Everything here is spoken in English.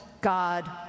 God